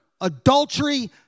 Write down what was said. adultery